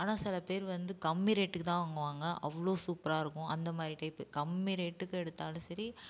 ஆனால் சில பேர் வந்து கம்மி ரேட்டுக்கு தான் வாங்குவாங்க அவ்வளோ சூப்பராக இருக்கும் அந்த மாதிரி டைப் கம்மி ரேட்டுக்கு எடுத்தாலும் சரி